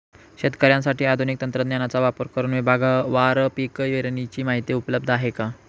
शेतकऱ्यांसाठी आधुनिक तंत्रज्ञानाचा वापर करुन विभागवार पीक पेरणीची माहिती उपलब्ध आहे का?